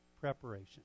Preparation